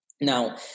Now